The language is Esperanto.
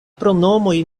pronomoj